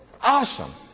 awesome